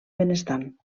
benestant